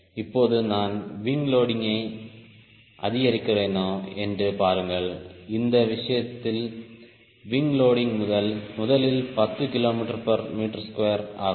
இப்போது நான் விங் லோடிங்கை அதிகரிக்கிறேனா என்று பாருங்கள் இந்த விஷயத்தில் விங் லோடிங் முதலில் 10 kgm2ஆகும்